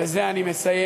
בזה אני מסיים.